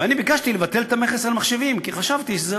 ואני ביקשתי לבטל את המכס על מחשבים כי חשבתי שזה